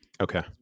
Okay